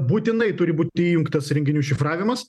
būtinai turi būti įjungtas renginių šifravimas